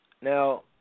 Now